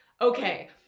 Okay